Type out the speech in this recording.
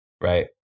right